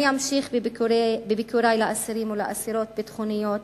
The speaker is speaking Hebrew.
אני אמשיך בביקורי אסירים ואסירות ביטחוניות